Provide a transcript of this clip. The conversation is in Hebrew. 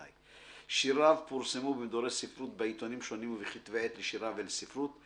שיריו פורסמו במדורי ספרות בעיתונים שונים ובכתבי עת לשירה ולספרות.